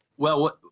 well, what.